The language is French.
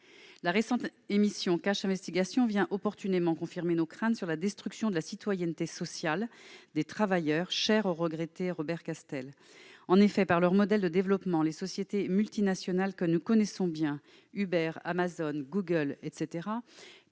Le récent numéro de l'émission a opportunément confirmé nos craintes sur la destruction de la citoyenneté sociale des travailleurs, chère au regretté Robert Castel. En effet, par leur modèle de développement, les sociétés multinationales que nous connaissons bien- Uber, Amazon, Google, et